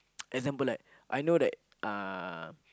example like I know that uh